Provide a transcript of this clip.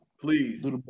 please